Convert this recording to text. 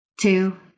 two